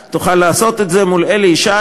תוכל לעשות את זה בדיון בסיעה מול אלי ישי,